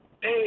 Hey